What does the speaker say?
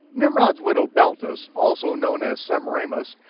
nimrod's widow beltus, also known as semiramis,